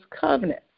covenant